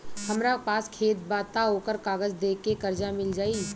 हमरा पास खेत बा त ओकर कागज दे के कर्जा मिल जाई?